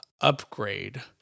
upgrade